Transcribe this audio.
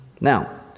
Now